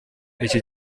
iki